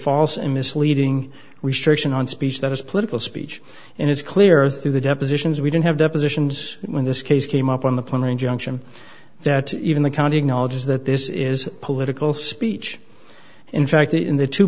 false and misleading restriction on speech that is political speech and it's clear through the depositions we didn't have depositions when this case came up on the plane or injunction that even the county acknowledges that this is political speech in fact the in the two